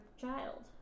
child